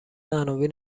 عناوین